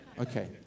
Okay